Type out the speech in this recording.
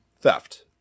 theft